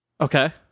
okay